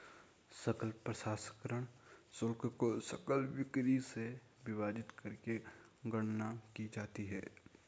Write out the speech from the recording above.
सकल प्रसंस्करण शुल्क को सकल बिक्री से विभाजित करके गणना की जाती है